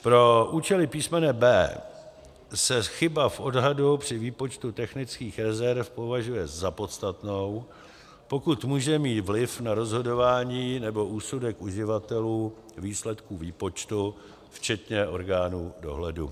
Pro účely písmene b) se chyba v odhadu při výpočtu technických rezerv považuje za podstatnou, pokud může mít vliv na rozhodování nebo úsudek uživatelů výsledků výpočtu, včetně orgánů dohledu.